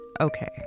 okay